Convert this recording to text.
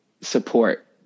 support